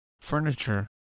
Furniture